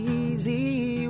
easy